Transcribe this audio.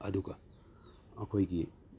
ꯑꯗꯨꯒ ꯑꯩꯈꯣꯏꯒꯤ